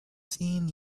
seen